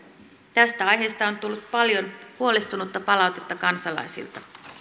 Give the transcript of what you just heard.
tästä aiheesta on tullut paljon huolestunutta palautetta kansalaisilta